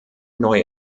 neue